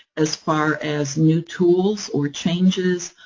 as far as new tools, or changes,